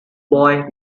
boy